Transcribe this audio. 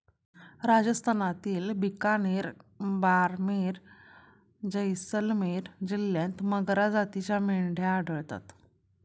राजस्थानातील बिकानेर, बारमेर, जैसलमेर जिल्ह्यांत मगरा जातीच्या मेंढ्या आढळतात